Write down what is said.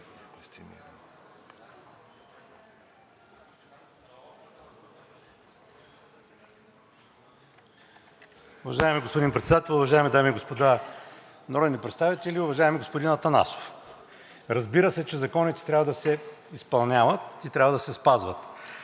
Уважаеми господин Председател, уважаеми дами и господа народни представители! Уважаеми господин Атанасов, разбира се, че законите трябва да се изпълняват и трябва да се спазват.